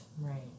Right